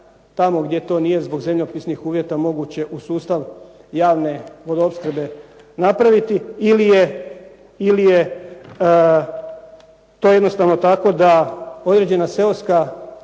tako gdje to nije zbog zemljopisnih uvjeta moguće u sustav javne vodoopskrbe napraviti ili je to jednostavno tako da određena seoska